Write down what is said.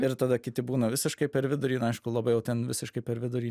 ir tada kiti būna visiškai per vidurį aišku labai jau ten visiškai per vidurį